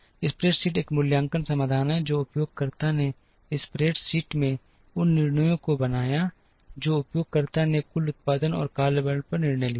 spreadsheet एक मूल्यांकन समाधान था जहां उपयोगकर्ता ने स्प्रेडशीट में उन निर्णयों को बनाया जो उपयोगकर्ता ने कुल उत्पादन और कार्यबल पर निर्णय लिए थे